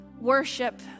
worship